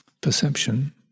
perception